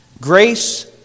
Grace